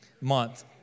Month